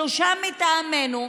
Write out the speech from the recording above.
שלושה מטעמנו,